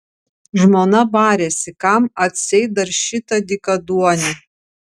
žmona barėsi kam atseit dar šitą dykaduonį